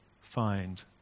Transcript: find